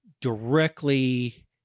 directly